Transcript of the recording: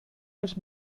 els